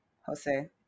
Jose